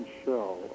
shell